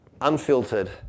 unfiltered